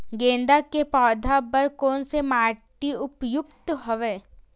गेंदा के पौधा बर कोन से माटी उपयुक्त हवय?